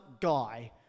guy